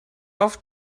auf